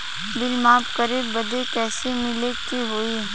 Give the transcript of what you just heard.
Bill माफ करे बदी कैसे मिले के होई?